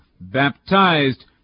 baptized